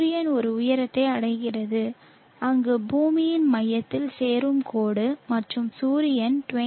சூரியன் ஒரு உயரத்தை அடைகிறது அங்கு பூமியின் மையத்தில் சேரும் கோடு மற்றும் சூரியன் 23